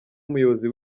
umuyobozi